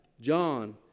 John